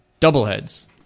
doubleheads